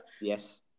Yes